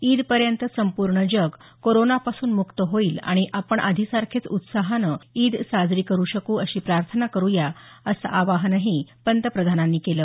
ईदपर्यंत संपूर्ण जग कोरोनापासून मुक्त होईल आणि आपण आधीसारखेच उत्साहानं ईद साजरी करू शकू अशी प्रार्थना करूया असं आवाहनही पंतप्रधानांनी केलं